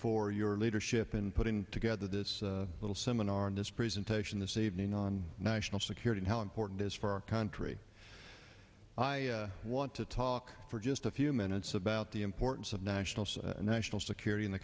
for your leadership in putting together this little seminar and this presentation this evening on national security how important is for our country i want to talk for just a few minutes about the importance of national so national security in the